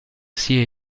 sia